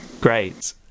Great